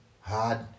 hard